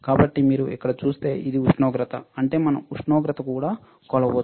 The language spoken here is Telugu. కాబట్టి మీరు ఇక్కడ చూస్తే ఇది ఉష్ణోగ్రత అంటే మనం ఉష్ణోగ్రత కూడా కొలత చేయవచ్చు